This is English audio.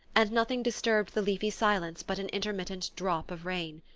and nothing disturbed the leafy silence but an intermittent drip of rain.